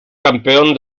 campeón